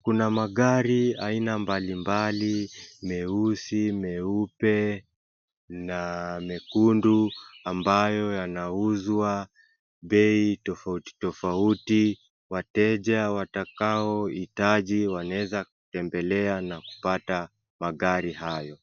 Kuna magari aina mbalimbali meusi, meupe na mekundu ambayo inauzwa bei tofauti wateja watakoyo hitaji kutembelea na kupata magari hayo.